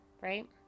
right